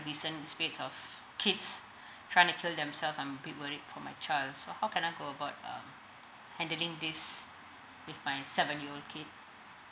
recent spates of kids trying to kill themselves I'm a bit worried for my child so how can I go about uh handling this with my seven year old kid